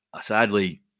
Sadly